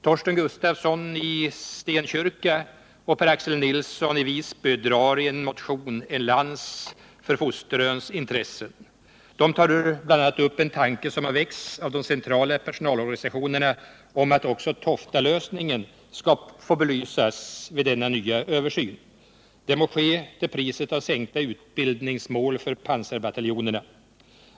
Torsten Gustafsson i Stenkyrka och Per-Axel Nilsson i Visby drar i en motion en lans för fosteröns intressen. De tar bl.a. upp en tanke som har väckts av de centrala personalorganisationerna om att också Toftalösningen skall få belysas vid denna nya översyn. Det må ske till priset av sänkta utbildningsmål för pansarbataljonerna.